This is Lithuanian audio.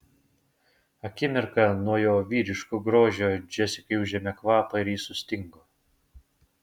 akimirką nuo jo vyriško grožio džesikai užėmė kvapą ir ji sustingo